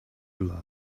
blood